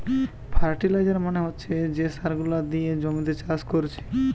fertiliser মানে হচ্ছে যে সার গুলা দিয়ে জমিতে চাষ কোরছে